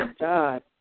God